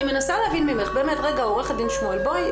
אני מנסה להבין ממך רגע עוה"ד שמואלי,